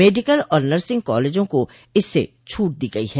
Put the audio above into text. medical और nursing कॉलेजों को इससे छूट दी गई है